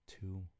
two